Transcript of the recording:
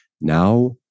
Now